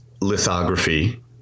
lithography